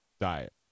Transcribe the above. diet